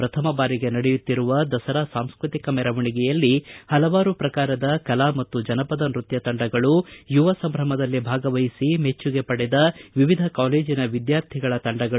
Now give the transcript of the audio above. ಪ್ರಥಮ ಬಾರಿಗೆ ನಡೆಯುತ್ತಿರುವ ದಸರಾ ಸಾಂಸ್ಕೃತಿಕ ಮೆರವಣಿಗೆಯಲ್ಲಿ ಹಲವಾರು ಪ್ರಕಾರದ ಕಲಾ ಮತ್ತು ಜನಪದ ನೃತ್ಯ ತಂಡಗಳು ಯುವ ಸಂಭ್ರಮದಲ್ಲಿ ಭಾಗವಹಿಸಿ ಮೆಚ್ಚುಗೆ ಪಡೆದ ವಿವಿಧ ಕಾಲೇಜಿನ ವಿದ್ಯಾರ್ಥಿಗಳ ತಂಡಗಳು